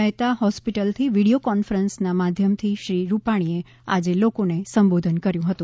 મહેતા હોસ્પિટલથી વીડિયો કોન્ફરન્સના માધ્યમથી શ્રી રૂપાણીએ આજે લોકોને સંબોધન કર્યું હતું